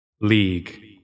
League